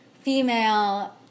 female